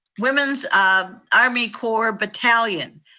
women's um army corps battalion.